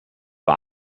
bei